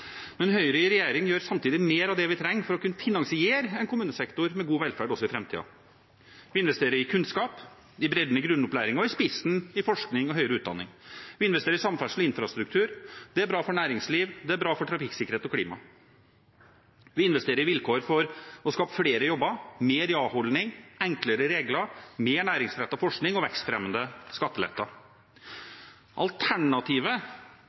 Men Høyre i regjering gjør samtidig mer av det vi trenger for å kunne finansiere en kommunesektor med god velferd også i framtiden. Vi investerer i kunnskap, i bredden i grunnopplæringen og i spissen i forskning og høyere utdanning. Vi investerer i samferdsel og infrastruktur, og det er bra for næringsliv, og det er bra for trafikksikkerhet og klima. Vi investerer i vilkår for å skape flere jobber, mer ja-holdning, enklere regler, mer næringsrettet forskning og vekstfremmende skatteletter. Alternativet